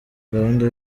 gahunda